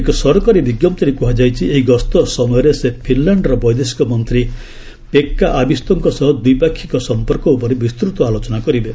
ଏକ ସରକାରୀ ବିଜ୍ଞପ୍ତିରେ କୁହାଯାଇଛି ଏହି ଗସ୍ତ ସମୟରେ ସେ ଫିନ୍ଲ୍ୟାଣ୍ଡର ବୈଦେଶିକ ମନ୍ତ୍ରୀ ପେକ୍କା ଆବିସ୍ତୋଙ୍କ ସହ ଦ୍ୱିପାକ୍ଷିକ ସମ୍ପର୍କ ଉପରେ ବିସ୍ତୂତ ଆଲୋଚନା କରିବେ